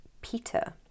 Peter